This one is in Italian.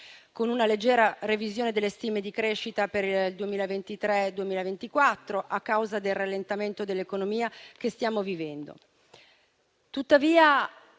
con una leggera revisione delle stime di crescita per il 2023-2024, a causa del rallentamento dell'economia che stiamo vivendo.